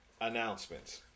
Announcements